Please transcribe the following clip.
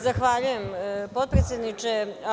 Zahvaljujem potpredsedniče.